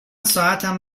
ساعتم